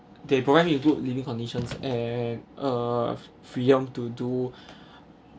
they provide me a good living conditions and uh freedom to do